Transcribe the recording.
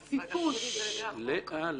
---- לאה,